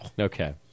Okay